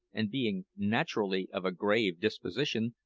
and being naturally of a grave disposition,